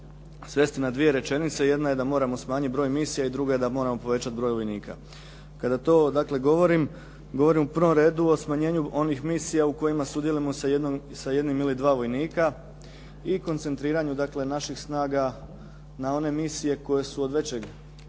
svesti na dvije rečenice, jedna je da moramo smanjiti broj misija i druga je da moramo povećati broj vojnika. Kada to dakle, govorim, govorim u prvom redu o smanjenju onih misija u kojima sudjelujemo sa jednim ili dva vojnika i koncentriranju dakle, naših snaga na one misije koje su od većeg